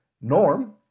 Norm